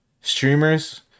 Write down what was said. streamers